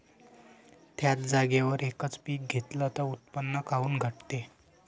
थ्याच जागेवर यकच पीक घेतलं त उत्पन्न काऊन घटते?